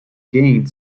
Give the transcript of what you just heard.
gained